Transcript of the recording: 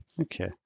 Okay